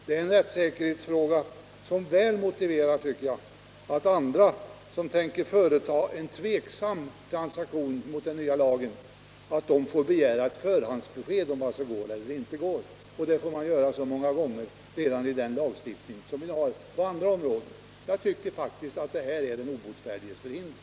Det är en rättssäkerhetsfråga som väl motiverar att andra, som tänker företa en tveksam transaktion i förhållande till den nya lagen, får begära ett förhandsbesked om vad som går eller inte går. Så får man göra många gånger redan i den lagstiftning som vi har på andra områden. Jag tycker faktiskt att det här är fråga om den obotfärdiges förhinder.